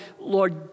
Lord